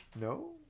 No